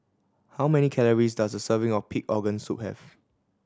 how many calories does a serving of pig organ soup have